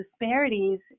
disparities